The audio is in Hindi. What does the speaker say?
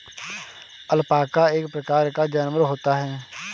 अलपाका एक प्रकार का जानवर होता है